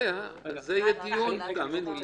רגע לאה, על זה יהיה דיון, תאמיני לי.